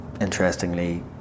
interestingly